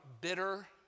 bitter